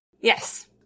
Yes